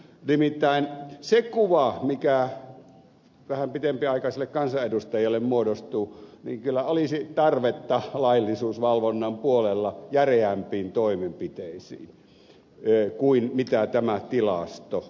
nimittäin se kuva mikä vähän pitempiaikaiselle kansanedustajalle muodostuu on se että kyllä olisi tarvetta laillisuusvalvonnan puolella järeämpiin toimenpiteisiin kuin mitä tämä tilasto osoittaa